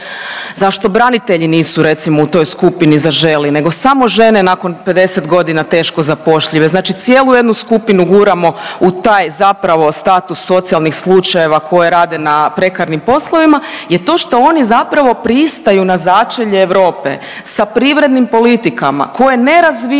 Zašto branitelji nisu recimo u toj skupini „Zaželi“ nego samo žene nakon 50.g. teško zapošljive, znači cijelu jednu skupinu guramo u taj zapravo status socijalnih slučajeva koje rade na prekarnim poslovima je to što oni zapravo pristaju na začelje Europe sa privrednim politikama koje ne razvijaju